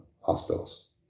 hospitals